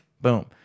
Boom